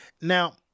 Now